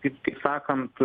taip kai sakant